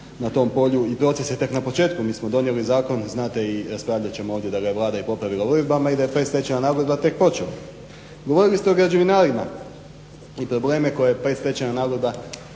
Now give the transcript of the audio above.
na tom polju i proces je tek na početku. Mi smo donijeli zakon, znate i raspravljat ćemo ovdje i da ga je Vlada popravila uredbama i da je predstečajna nagodba tek počela. Govorili ste o građevinarima i probleme u koje je predstečajna nagodba